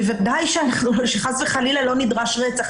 בוודאי שחס וחלילה לא נדרש רצח.